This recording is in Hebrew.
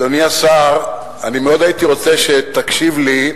אדוני השר, אני מאוד הייתי רוצה שתקשיב לי.